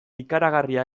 ikaragarria